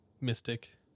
mystic